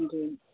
जी